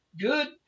Good